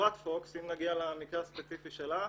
חברת פוקס, אם נגיע למקרה הספציפי שלה,